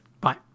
Bye